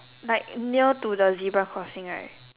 like near to the zebra crossing right